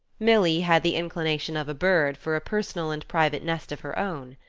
milly had the inclination of a bird for a personal and private nest of her own.